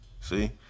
see